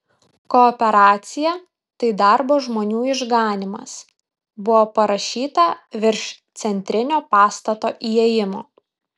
kooperacija tai darbo žmonių išganymas buvo parašyta virš centrinio pastato įėjimo